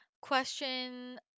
question